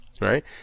Right